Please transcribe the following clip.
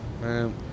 Man